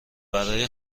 برای